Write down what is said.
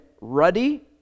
ruddy